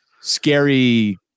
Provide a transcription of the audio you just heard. scary